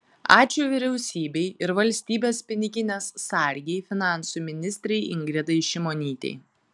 ačiū vyriausybei ir valstybės piniginės sargei finansų ministrei ingridai šimonytei